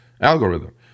algorithm